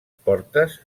portes